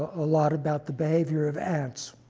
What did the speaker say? a lot about the behavior of ants.